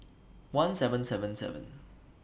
one seven seven seven